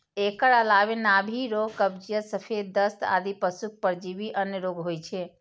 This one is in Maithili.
एकर अलावे नाभि रोग, कब्जियत, सफेद दस्त आदि पशुक परजीवी जन्य रोग होइ छै